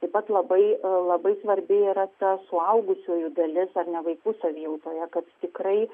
taip pat labai labai svarbi yra ta suaugusiųjų dalis ar ne vaikų savijautoje kad tikrai